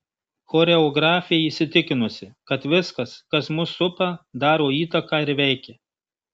choreografė įsitikinusi kad viskas kas mus supa daro įtaką ir veikia